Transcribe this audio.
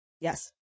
Yes